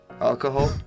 alcohol